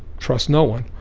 trust no one,